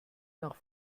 nach